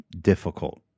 difficult